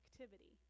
activity